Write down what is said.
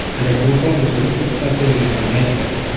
and i confronted the police officer telling them, my friend,